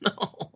no